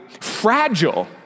fragile